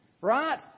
right